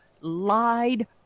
lied